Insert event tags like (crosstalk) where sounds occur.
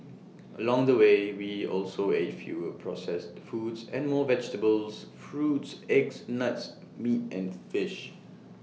along the way we also ate fewer processed foods and more vegetables fruits eggs nuts meat and fish (noise)